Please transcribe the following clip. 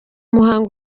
muhango